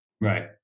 Right